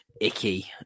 icky